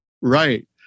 Right